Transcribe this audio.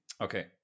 okay